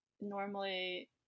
Normally